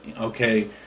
okay